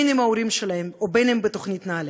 בין עם ההורים שלהם ובין בתוכנית נעל"ה.